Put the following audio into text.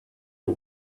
you